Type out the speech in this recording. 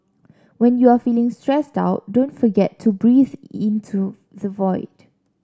when you are feeling stressed out don't forget to breathe into the void